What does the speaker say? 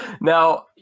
Now